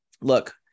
look